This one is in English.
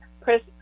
chris